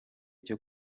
cyo